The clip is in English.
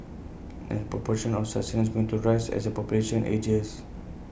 and the proportion of such seniors going to rise as the population ages